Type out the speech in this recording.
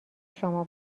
شما